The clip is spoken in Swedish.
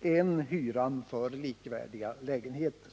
än hyran för likvärdiga lägenheter.